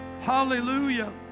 hallelujah